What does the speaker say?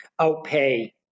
outpay –